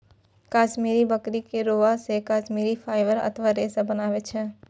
कश्मीरी बकरी के रोआं से कश्मीरी फाइबर अथवा रेशा बनै छै